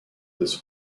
this